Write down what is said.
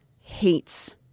hates